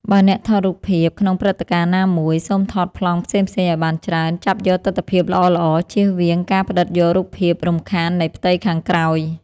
បើអ្នកថតរូបភាពក្នុងព្រឹត្តិការណ៍ណាមួយ សូមថតប្លង់ផ្សេងៗឱ្យបានច្រើន ចាប់យកទិដ្ឋភាពល្អៗ ជៀសវាងការផ្តិតយករូបភាពរំខាន់នៃផ្ទៃខាងក្រោយ។